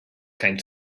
came